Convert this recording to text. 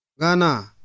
Gana